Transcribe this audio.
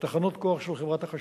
בתחנות כוח של חברת החשמל,